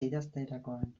idazterakoan